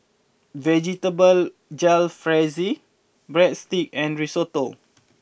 Vegetable Jalfrezi Breadsticks and Risotto